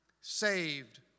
Saved